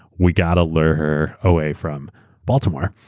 we got to lure her away from baltimore.